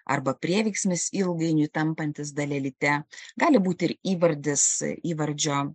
arba prieveiksmis ilgainiui tampantis dalelyte gali būti ir įvardis įvardžio